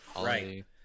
right